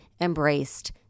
embraced